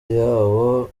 yawo